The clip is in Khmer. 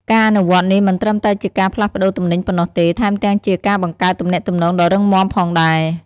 ការអនុវត្តនេះមិនត្រឹមតែជាការផ្លាស់ប្តូរទំនិញប៉ុណ្ណោះទេ ថែមទាំងជាការបង្កើតទំនាក់ទំនងដ៏រឹងមាំផងដែរ។